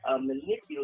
manipulate